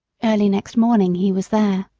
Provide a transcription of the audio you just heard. early next morning he was there.